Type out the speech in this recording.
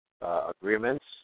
agreements